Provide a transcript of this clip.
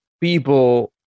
people